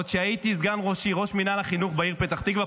עוד כשהייתי סגן ראש העיר וראש מינהל החינוך בעיר פתח תקווה,